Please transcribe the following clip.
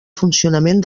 funcionament